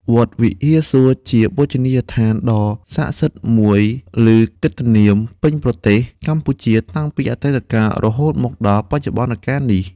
វត្តវិហារសួរ ជាបូជនីយដ្ឋានដ៏សក្តិសិទ្ធិមួយ ឮកិត្តិនាមពេញប្រទេសកម្ពុជាតាំងពីអតីតកាល រហូតមកដល់បច្ចុប្បន្ន កាលនេះ។